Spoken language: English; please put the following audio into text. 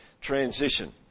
transition